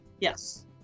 Yes